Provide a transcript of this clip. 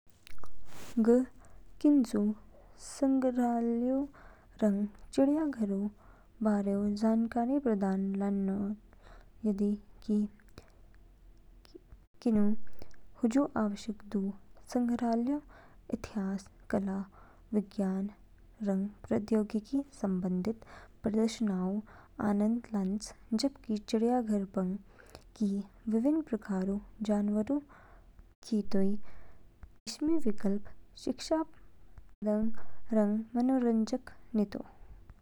ग किनजू संग्रहालयऊ रंग चिड़ियाघरों बारे जानकारी प्रदान लान्च, यदि कि किनू हजू आवश्यकता दू। संग्रहालयऊ इतिहास, कला, विज्ञान रंग प्रौद्योगिकी संबंधित प्रदर्शनियोंऊ आनंद लान्च, जबकि चिड़ियाघर पंग कि विभिन्न प्रकारऊ जानवरऊ खितोई। निशमि विकल्प शिक्षाप्रद रंग मनोरंजक नितो।